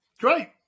great